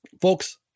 folks